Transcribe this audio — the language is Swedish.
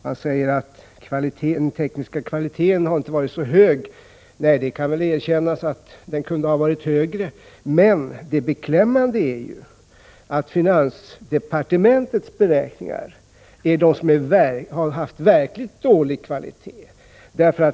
Han säger att alternativens tekniska kvalitet inte har varit så hög. Nej, det kan väl erkännas att den kunde ha varit högre. Men det beklämmande är att finansdepartementets beräkningar har haft verkligt dålig kvalitet.